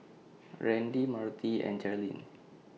Randy Marty and Jerilyn